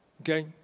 Okay